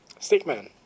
Stickman